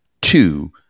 two